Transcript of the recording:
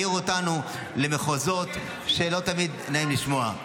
מעיר אותנו למחוזות שלא תמיד נעים לשמוע.